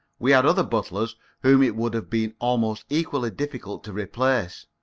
we had other butlers whom it would have been almost equally difficult to replace.